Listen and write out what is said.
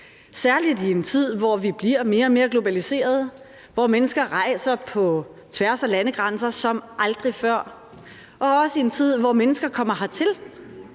særlig i en tid, hvor vi bliver mere og mere globaliserede, hvor mennesker rejser på tværs af landegrænser som aldrig før, hvor mennesker kommer hertil